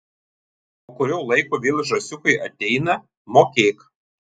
po kurio laiko vėl žąsiukai ateina mokėk